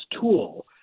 tool